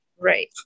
Right